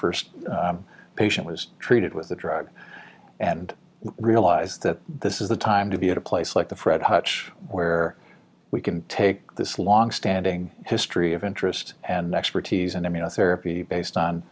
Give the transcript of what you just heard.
first patient was treated with the drug and realize that this is the time to be at a place like the fred hutch where we can take this longstanding history of interest and expertise and